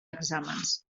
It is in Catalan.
exàmens